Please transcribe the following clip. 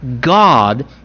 God